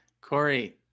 Corey